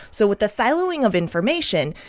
so with the siloing of information,